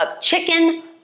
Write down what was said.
chicken